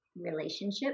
relationship